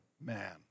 man